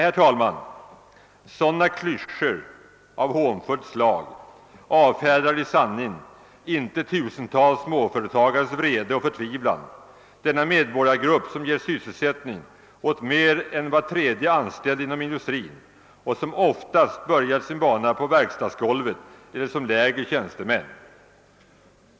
Nej, med sådana klyschor av hånfullt slag avfärdar man i sanning inte tusentals småföretagares vrede och förtvivlan — denna grupp av medborgare som ger sysselsättning åt mer än var tredje anställd inom industrin och som oftast börjat sin bana på verkstadsgolvet eller som lägre tjänstemän.